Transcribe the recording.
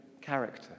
character